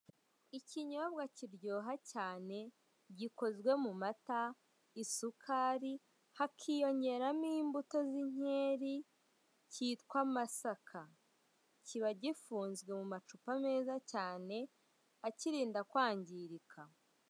Ikinyobwa kiryoha cyane gikozwe: mu mata, isukari, hakiyongeramo imbuto z'inkeri, kitwa masaka; kiba gifunzwe mu macupa meza cyane akirinda kwangirika.